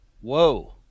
whoa